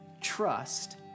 trust